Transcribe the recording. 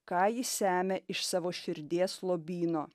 ką jis semia iš savo širdies lobyno